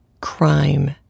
crime